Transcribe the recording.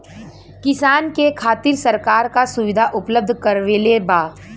किसान के खातिर सरकार का सुविधा उपलब्ध करवले बा?